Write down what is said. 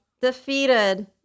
defeated